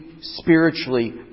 spiritually